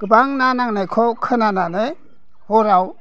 गोबां ना नांनायखौ खोनानानै हराव